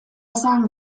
esan